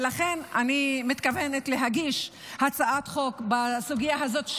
ולכן אני מתכוונת להגיש הצעת חוק בסוגיה הזאת,